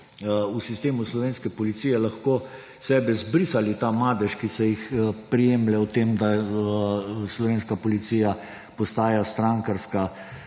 v sistemu slovenske policije lahko s sebe izbrisali ta madež, ki se jih prijemlje v tem, da slovenska policija postaja strankarska